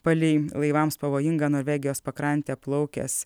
palei laivams pavojingą norvegijos pakrantę plaukęs